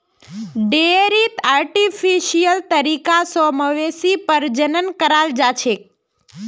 डेयरीत आर्टिफिशियल तरीका स मवेशी प्रजनन कराल जाछेक